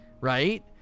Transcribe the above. right